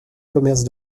commerce